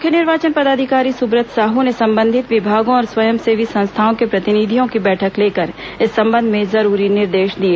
मुख्य निर्वाचन पदाधिकारी सुब्रत साहू ने संबंधित विभागों और स्वयं सेवी संस्थाओं के प्रतिनिधियों की बैठक लेकर इस संबंध में जरूरी निर्देश दिए